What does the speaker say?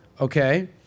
okay